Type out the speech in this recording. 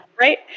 Right